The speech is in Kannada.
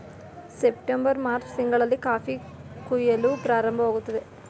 ಸಪ್ಟೆಂಬರ್ ಮಾರ್ಚ್ ತಿಂಗಳಲ್ಲಿ ಕಾಫಿ ಕುಯಿಲು ಪ್ರಾರಂಭವಾಗುತ್ತದೆ